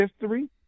history